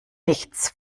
nichts